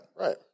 Right